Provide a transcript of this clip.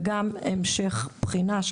וגם המשך בחינה.